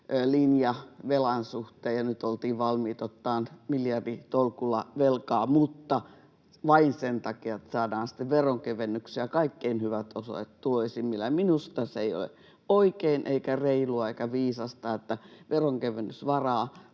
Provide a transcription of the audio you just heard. linja velan suhteen ja nyt oltiin valmiit ottamaan miljarditolkulla velkaa mutta vain sen takia, että saadaan veronkevennyksiä kaikkein hyvätuloisimmille. Minusta se ei ole oikein eikä reilua eikä viisasta. Veronkevennysvaraa